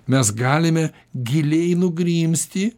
mes galime giliai nugrimzti